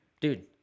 dude